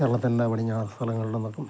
കേരളത്തിൻ്റെ പടിഞ്ഞാറന് സ്ഥലങ്ങളില് നിന്നൊക്കെ